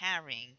carrying